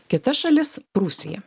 kita šalis prūsija